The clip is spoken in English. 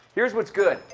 here's what's good.